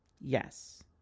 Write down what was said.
Yes